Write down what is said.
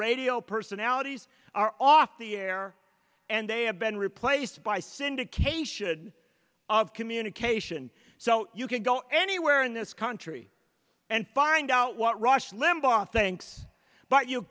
radio personalities are off the air and they have been replaced by syndication of communication so you can go anywhere in this country and find out what rush limbaugh thinks but you